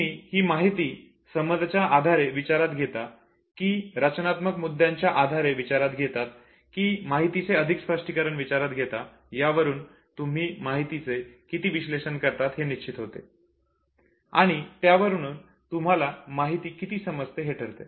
तुम्ही ही माहिती समजच्या आधारे विचारात घेता की रचनात्मक मुद्द्यांच्या आधारे विचारात घेतात की माहितीचे अधिक स्पष्टीकरण विचारात घेता यावरून तुम्ही माहितीचे किती विश्लेषण करतात हे निश्चित होते आणि त्यावरून तुम्हाला माहिती किती समजते हे ठरते